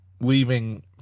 leaving